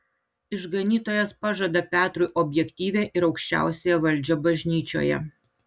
išganytojas pažada petrui objektyvią ir aukščiausiąją valdžią bažnyčioje